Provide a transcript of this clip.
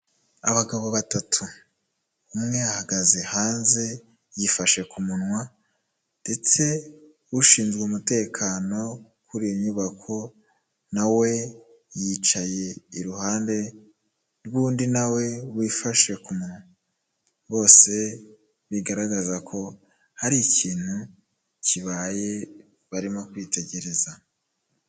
Abagabo batatu umwe ahagaze hanze yifashe ku munwa ndetse ushinzwe umutekano kuri iyo nyubako nawe yicaye iruhande rw'undi nawe wifashe ku munwa. Bose bigaragaza ko hari ikintu kibaye barimo kwitegereza.